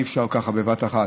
אי-אפשר בבת-אחת,